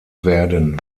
werden